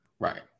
Right